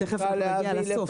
תכף צריך להגיע לסוף.